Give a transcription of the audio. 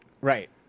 Right